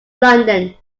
london